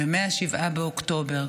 ומ-7 באוקטובר,